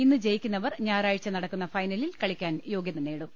ഇന്ന് ജയിക്കുന്നവർ ഞായറാഴ്ച്ച നടക്കുന്ന ഫൈനലിൽ കളിക്കാൻ യോഗ്യത നേടും